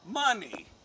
Money